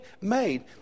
made